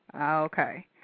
Okay